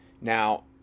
Now